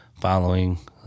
following